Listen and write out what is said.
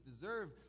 deserve